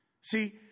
See